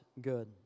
good